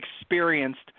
experienced